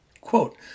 Quote